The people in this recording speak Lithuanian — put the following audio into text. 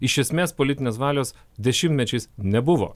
iš esmės politinės valios dešimmečiais nebuvo